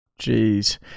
Jeez